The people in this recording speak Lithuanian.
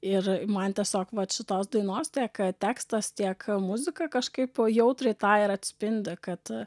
ir man tiesiog vat šitos dainos tiek tekstas tiek muzika kažkaip jautriai tą ir atspindi kad